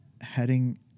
heading